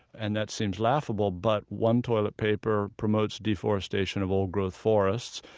and that seems laughable, but one toilet paper promotes deforestation of old growth forests,